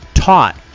taught